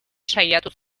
saiatu